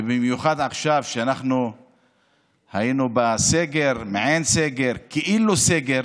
ובמיוחד כשאנחנו בסגר, מעין סגר, כאילו סגר,